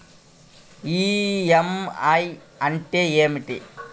EMI అంటే ఏమిటి?